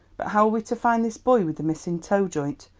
but how are we to find this boy with the missing toe-joint?